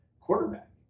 quarterback